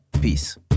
peace